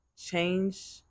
change